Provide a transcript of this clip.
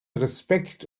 respekt